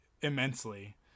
immensely